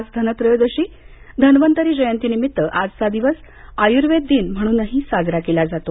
आज धनत्रयोदशी धन्वंतरी जयंती निमित्त आजचा दिवस आयूर्वेद दिन म्हणूनही साजरा केला जातो